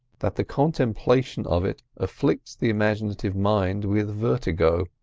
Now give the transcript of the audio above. that the contemplation of it afflicts the imaginative mind with vertigo.